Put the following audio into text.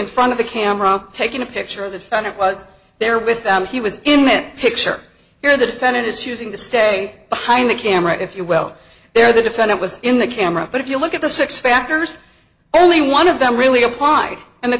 in front of the camera taking a picture of the defendant was there with them he was in that picture here the defendant is choosing to stay behind the camera if you well there the defendant was in the camera but if you look at the six factors only one of them really applied and the